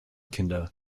kinder